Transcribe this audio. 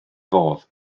fodd